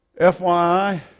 FYI